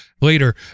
later